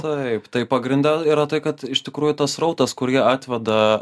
taip tai pagrinde yra tai kad iš tikrųjų tas srautas kurį atveda